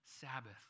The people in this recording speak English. Sabbath